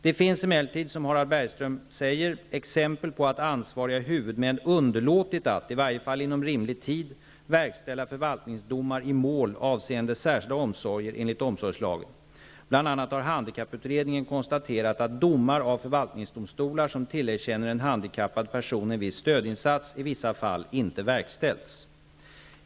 Det finns emellertid, som Harald Bergström säger, exempel på att ansvariga huvudmän underlåtit att -- i varje fall inom rimlig tid -- verkställa förvaltningsdomar i mål avseende särskilda omsorger enligt omsorgslagen. Bl.a. har handikapputredningen konstaterat att domar av förvaltningsdomstolar, som tillerkänner en handikappad person en viss stödinsats, i vissa fall inte verkställts.